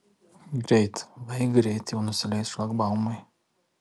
greit vai greit jau nusileis šlagbaumai